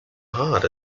hard